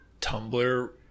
Tumblr